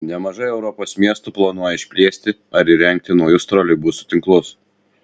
nemažai europos miestų planuoja išplėsti ar įrengti naujus troleibusų tinklus